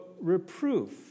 reproof